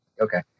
okay